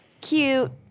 cute